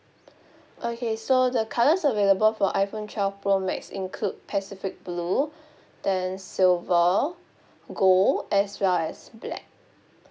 okay so the colours available for iphone twelve pro max include pacific blue then silver gold as well as black